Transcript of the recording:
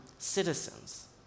citizens